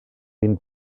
den